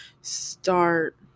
start